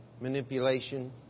Manipulation